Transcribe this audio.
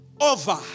over